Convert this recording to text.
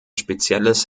spezielles